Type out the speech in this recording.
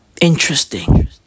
Interesting